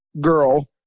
girl